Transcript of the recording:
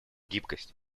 гибкость